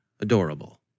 adorable